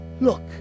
look